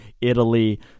Italy